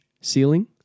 ceiling